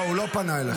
לא, הוא לא פנה אליך.